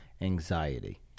anxiety